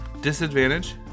Disadvantage